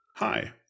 Hi